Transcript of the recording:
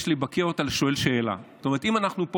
יש לי ביקורת על שואל שאלה: אם אנחנו פה